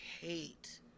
hate